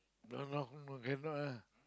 no no no cannot lah